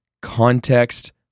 context